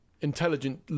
intelligent